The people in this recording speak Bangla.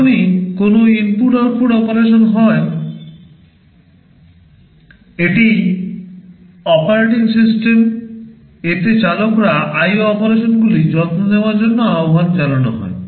যখনই কোনও ইনপুট আউটপুট অপারেশন হয় এটি অপারেটিং সিস্টেম এতে চালকরা IO অপারেশনগুলি যত্ন নেওয়ার জন্য আহ্বান জানানো হয়